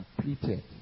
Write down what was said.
completed